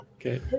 Okay